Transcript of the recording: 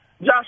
Josh